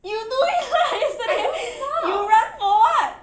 you do it lah yesterday you run for [what]